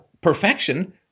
perfection